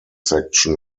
section